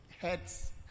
heads